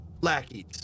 lackeys